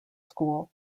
school